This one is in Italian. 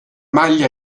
maglia